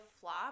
flop